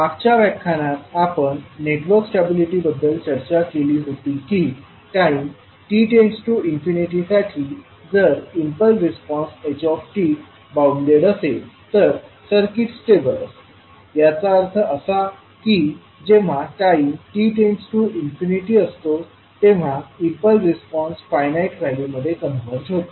मागच्या व्याख्यानात आपण नेटवर्क स्टॅबिलिटी बद्दल चर्चा केली होती की टाईम t→∞ साठी जर इम्पल्स रिस्पॉन्स h बाउन्डेड असेल तर सर्किट स्टेबल असते याचा अर्थ असा की जेव्हा टाईम t →∞ असतो तेव्हा इम्पल्स रिस्पॉन्स फाइनाइट व्हॅल्यू मध्ये कन्वर्ज होतो